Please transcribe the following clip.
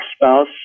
spouse